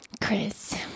Chris